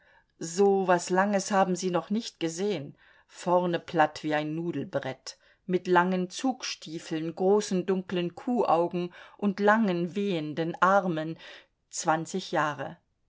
so was langes haben sie noch nicht gesehen vorne platt wie ein nudelbrett mit langen zugstiefeln großen dunklen kuhaugen und langen wehenden armen zwanzig jahre